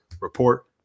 Report